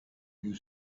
you